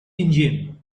engine